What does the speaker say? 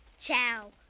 ciao.